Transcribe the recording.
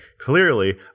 clearly